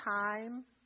time